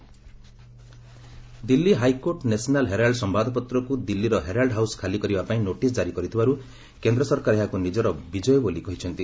ଗମେଣ୍ଟ୍ National Herald Delhi high court National Herald ସମ୍ଭାଦପତ୍ରକୁ ଦିଲ୍ଲୀର ହେରାଲ୍ଡ ହାଉସ୍ ଖାଲି କରିବା ପାଇଁ ନୋଟିସ୍ ଜାରି କରିଥିବାରୁ କେନ୍ଦ୍ର ସରକାର ଏହାକୁ ନିଜର ବିଜୟ ବୋଲି କହିଛନ୍ତି